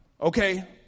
okay